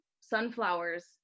Sunflowers